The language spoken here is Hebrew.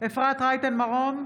אפרת רייטן מרום,